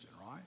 right